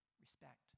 respect